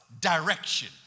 direction